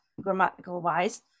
grammatical-wise